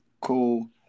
cool